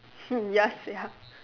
hmm ya sia